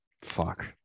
fuck